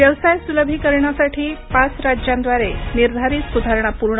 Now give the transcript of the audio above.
व्यवसाय सुलभीकरणीसाठी पाच राज्यांद्वारे निर्धारित सुधारणा पूर्ण